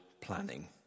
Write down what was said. planning